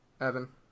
Evan